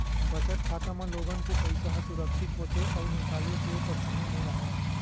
बचत खाता म लोगन के पइसा ह सुरक्छित होथे अउ निकाले के परसानी नइ राहय